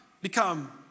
become